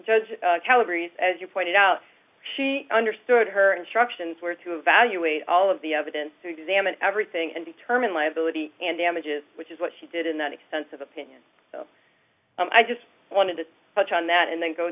judge judge calories as you pointed out she understood her instructions were to evaluate all of the evidence examine everything and determine liability and damages which is what she did in that expensive opinion so i just wanted to touch on that and then go